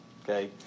Okay